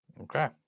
Okay